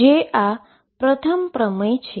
જે આ પ્રથમ પ્રમેય છે